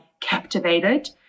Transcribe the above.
captivated